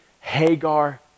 Hagar